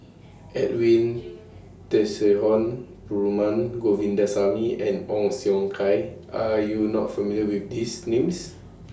Edwin Tessensohn Perumal Govindaswamy and Ong Siong Kai Are YOU not familiar with These Names